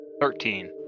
thirteen